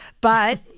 But-